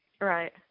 right